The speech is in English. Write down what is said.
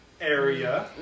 area